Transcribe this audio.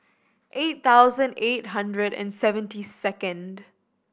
eight thousand eight hundred and seventy second